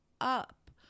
up